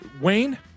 Wayne